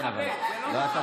ברא, ברא, ברא.